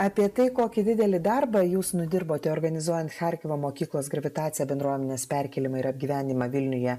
apie tai kokį didelį darbą jūs nudirbote organizuojant charkivo mokyklos gravitacija bendruomenės perkėlimą ir apgyvendinimą vilniuje